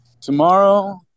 Tomorrow